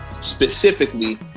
specifically